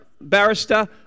barrister